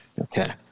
Okay